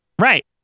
Right